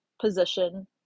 position